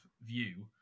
view